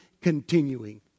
continuing